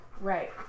Right